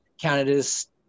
canada's